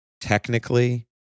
technically